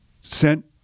sent